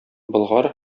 болгар